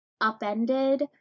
upended